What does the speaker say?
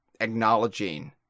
acknowledging